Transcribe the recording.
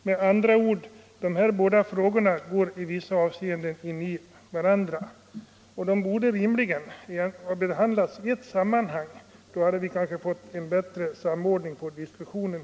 Dessa frågor går med andra ord i en del avseenden in i varandra och borde rimligen ha behandlats i ett sammanhang. Då hade vi kanske fått en bättre samordning av diskussionen.